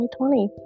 2020